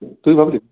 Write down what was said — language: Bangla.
তুই ভাবলি